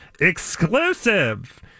exclusive